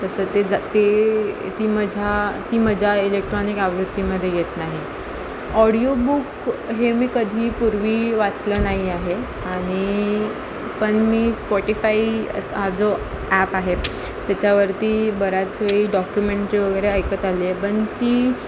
त त त ते ती मजा ती मजा इलेक्ट्रॉनिक आवृत्तीमध्ये येत नाही ऑडिओबुक हे मी कधी पूर्वी वाचलं नाही आहे आणि पण मी स्पॉटिफाई हा जो ॲप आहे त्याच्यावरती बऱ्याच वेळी डॉक्युमेंटरी वगैरे ऐकत आली आहे पण ती